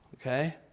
Okay